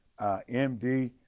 MD